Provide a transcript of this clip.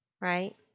right